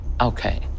Okay